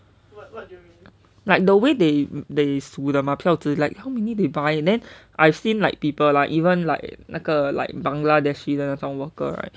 like the way that they they 数 the 买票纸 like how many they buy and then I've seen like people or even like 那个 like bangladeshi worker right